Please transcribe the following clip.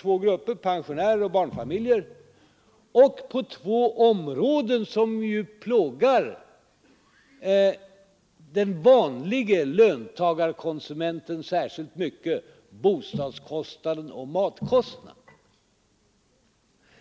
två grupper, pensionärer och barnfamiljer, och på två områden som ju plågar den vanliga löntagarkonsumenten särskilt mycket, bostadskostnaden och matkostnaden.